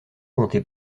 compter